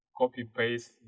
copy-paste